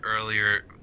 earlier